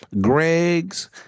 Greg's